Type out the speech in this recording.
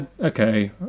okay